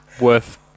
worth